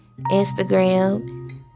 Instagram